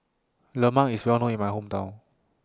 Lemang IS Well known in My Hometown